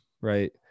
right